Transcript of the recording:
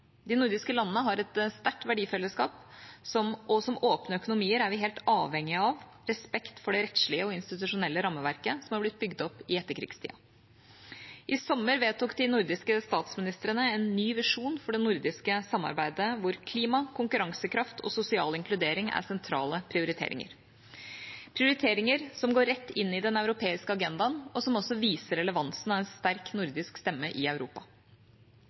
De nordiske landene har et sterkt verdifellesskap, og som åpne økonomier er vi helt avhengige av respekt for det rettslige og institusjonelle rammeverket som har blitt bygget opp i etterkrigstida. I sommer vedtok de nordiske statsministrene en ny visjon for det nordiske samarbeidet hvor klima, konkurransekraft og sosial inkludering er sentrale prioriteringer – prioriteringer som går rett inn i den europeiske agendaen, og som også viser relevansen av en sterk nordisk stemme i Europa.